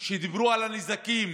דיברו על הנזקים